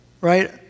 right